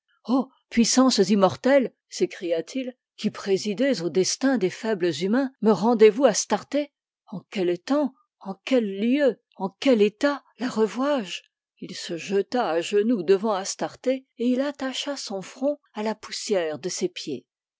puissances immortelles s'écria-t-il qui présidez aux destins des faibles humains me rendez-vous astarté en quel temps en quels lieux en quel état la revois je il se jeta à genoux devant astarté et il attacha son front à la poussière de ses pieds